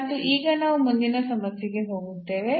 ಮತ್ತು ಈಗ ನಾವು ಮುಂದಿನ ಸಮಸ್ಯೆಗೆ ಹೋಗುತ್ತೇವೆ